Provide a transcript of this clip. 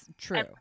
true